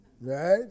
Right